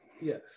yes